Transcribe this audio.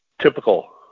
typical